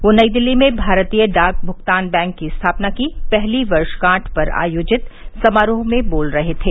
वे नई दिल्ली में भारतीय डाक भुगतान बैंक की स्थापना की पहली वर्षगांठ पर आयोजित समारोह में बोल रहे थे